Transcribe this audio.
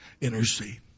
intercede